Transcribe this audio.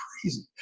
crazy